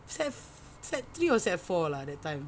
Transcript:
sec~ sec~ sec three or sec four lah that time